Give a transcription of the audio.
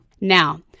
Now